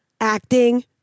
acting